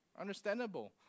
Understandable